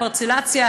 הפרצלציה,